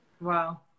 wow